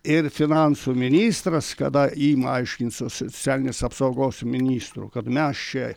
ir finansų ministras kada ima aiškint su socialinės apsaugos ministru kad mes čia